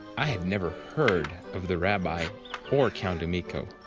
i had never heard of the rabbi or count emicho.